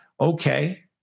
okay